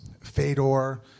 Fedor